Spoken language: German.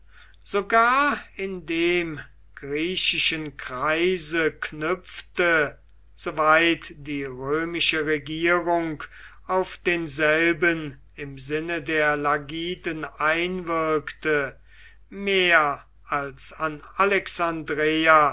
sogar indem griechischen kreise knüpfte soweit die römische regierung auf denselben im sinne der lagiden einwirkte mehr als an alexandreia